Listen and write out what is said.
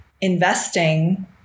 investing